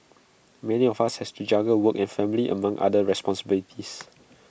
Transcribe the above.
many of us has to juggle work and family among other responsibilities